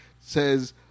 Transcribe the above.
says